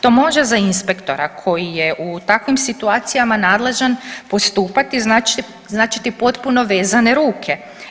To može za inspektora koji je u takvim situacijama nadležan postupati značiti potpuno vezane ruke.